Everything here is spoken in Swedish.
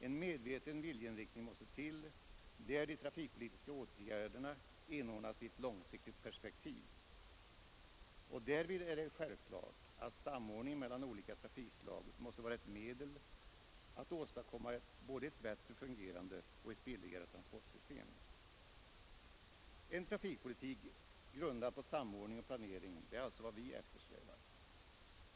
En medveten viljeinriktning måste till, där de trafikpolitiska åtgärderna inordnas i ett långsiktigt perspektiv. Därvid är det självklart att samordning mellan olika trafikslag måste vara ett medel att åstadkomma både ett bättre fungerande och ett billigare transportsystem. En trafikpolitik grundad på samordning och planering är alltså vad vi eftersträvar.